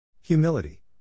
Humility